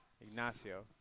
Ignacio